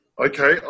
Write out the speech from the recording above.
Okay